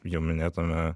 jau minėtame